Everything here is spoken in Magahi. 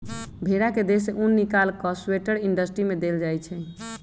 भेड़ा के देह से उन् निकाल कऽ स्वेटर इंडस्ट्री में देल जाइ छइ